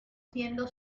siendo